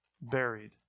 buried